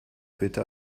bitte